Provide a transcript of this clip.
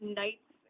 nights